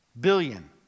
Billion